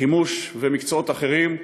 חימוש ומקצועות אחרים,